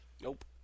Nope